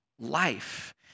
life